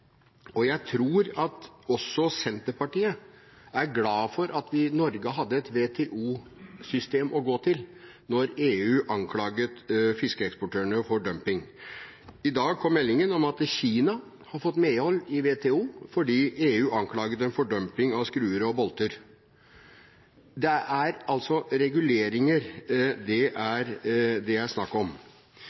og det er regler mot dumpinganklager. Jeg tror at også Senterpartiet er glad for at vi i Norge hadde et WTO-system å gå til da EU anklaget fiskeeksportørene for dumping. I dag kom meldingen om at Kina har fått medhold i WTO etter at EU hadde anklaget dem for dumping av skruer og bolter. Det er altså reguleringer det er snakk om.